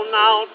now